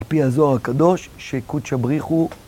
לפי הזוהר הקדוש, שקודשא בריך הוא.